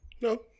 No